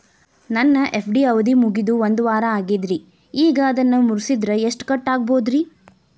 ನನ್ನ ಎಫ್.ಡಿ ಅವಧಿ ಮುಗಿದು ಒಂದವಾರ ಆಗೇದ್ರಿ ಈಗ ಅದನ್ನ ಮುರಿಸಿದ್ರ ಎಷ್ಟ ಕಟ್ ಆಗ್ಬೋದ್ರಿ?